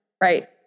Right